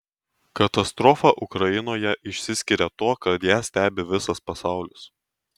katastrofa ukrainoje išsiskiria tuo kad ją stebi visas pasaulis